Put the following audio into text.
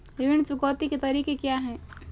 ऋण चुकौती के तरीके क्या हैं?